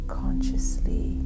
consciously